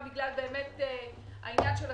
שהוא מנהל המחלקה של הלב במעייני הישועה,